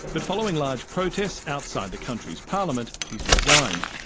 but following large protests outside the country's parliament, he has resigned.